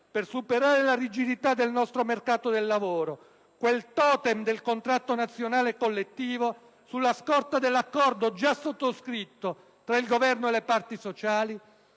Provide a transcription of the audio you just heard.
per superare la rigidità del nostro mercato del lavoro e il *totem* del contratto nazionale collettivo, sulla scorta dell'accordo già sottoscritto tra Governo e parti sociali,